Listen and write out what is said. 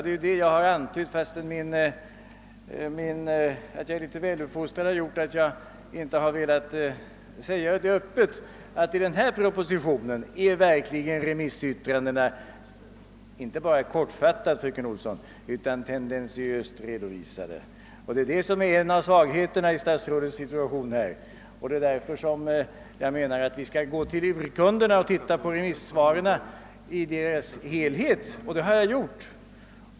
Det är det jag har antytt, fastän den omständigheten att jag är väluppfostrad har gjort att jag inte har velat säga öppet att i denna proposition är verkligen remissyttrandena inte bara kortfattat, fröken Olsson, utan även tendentiöst redovisade. Det är detta som är en av svagheterna i statsrådets situation, och därför menar jag att vi måste gå till urkunderna och se på remissvaren i deras helhet, och det har jag gjort.